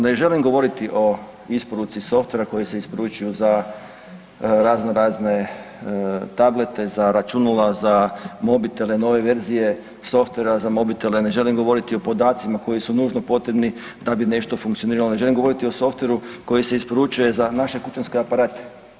Ne želim govoriti o isporuci softvera koji se isporučuju za raznorazne tablete, za računala, za mobitele nove verzije, softvera za mobitele, ne želim govoriti o podacima koji su nužno potrebni da bi nešto funkcioniralo, ne želim govoriti o softveru koji se isporučuje za naše kućanske aparate.